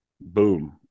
Boom